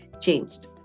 changed